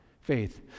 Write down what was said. faith